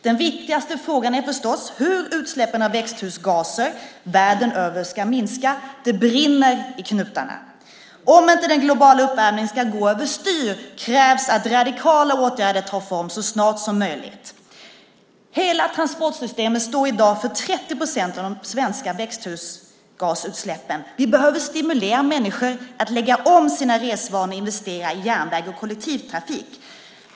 Den viktigaste frågan är förstås hur utsläppen av växthusgaser världen över ska minskas. Det brinner i knutarna. Om inte den globala uppvärmningen ska gå över styr krävs att radikala åtgärder tar form så snart som möjligt. Transportsystemet står i dag för 30 procent av de svenska växthusgasutsläppen. Vi behöver stimulera människor att lägga om sina resvanor och investera i järnväg och kollektivtrafik.